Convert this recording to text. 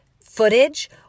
footage